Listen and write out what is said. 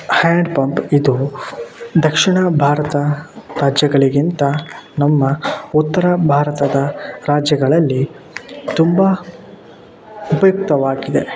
hand pump ಇದು ದಕ್ಷಿಣ ಭಾರತ ರಾಜ್ಯಗಳಿಗಿಂತ ನಮ್ಮ ಉತ್ತರ ಭಾರತದ ರಾಜ್ಯಗಳಲ್ಲಿ ತುಂಬಾ ಉಪಯುಕ್ತವಾಗಿದೆ